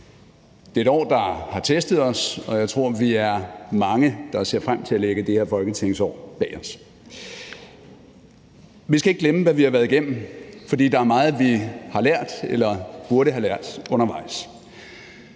Det er et år, der har testet os. Jeg tror, at vi er mange, der ser frem til at lægge det her folketingsår bag os. Vi skal ikke glemme, hvad vi har været igennem, fordi der er meget, vi har lært eller burde have lært undervejs.